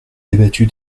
débattu